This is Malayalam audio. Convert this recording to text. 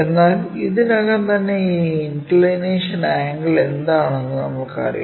എന്നാൽ ഇതിനകം തന്നെ ഈ ഇൻക്ക്ളിനേഷൻ ആംഗിൾ എന്താണെന്നു നമുക്ക് അറിയാം